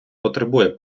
потребує